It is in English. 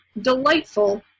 Delightful